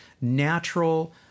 natural